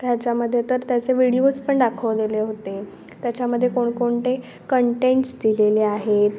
ह्याच्यामध्ये तर त्याचे व्हिडिओज पण दाखवलेले होते त्याच्यामध्ये कोणकोणते कंटेंट्स दिलेले आहेत